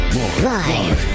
Live